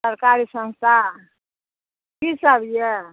सरकारी सँस्था किसब अइ